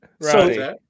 Right